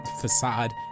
facade